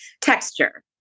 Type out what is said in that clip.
texture